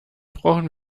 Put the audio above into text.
brauchen